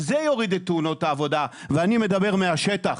זה יוריד את תאונות העבודה ואני מדבר מהשטח,